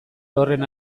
horren